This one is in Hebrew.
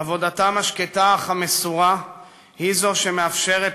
עבודתם השקטה אך מסורה היא זו שמאפשרת